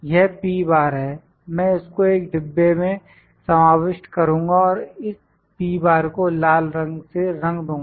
यहहै मैं इसको एक डिब्बे में समाविष्ट करुंगा और इसको लाल रंग से रंग दूँगा